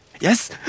Yes